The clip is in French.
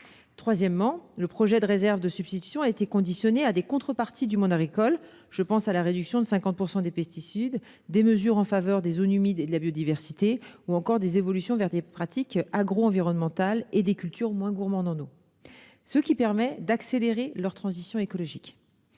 troisièmement, parce que le projet de réserves de substitution a été conditionné à des contreparties du monde agricole- je pense à la réduction de 50 % des pesticides, aux mesures en faveur des zones humides et de la biodiversité ou encore aux évolutions vers des pratiques agroenvironnementales et des cultures moins gourmandes en eau -, ce qui permet d'accélérer la transition écologique.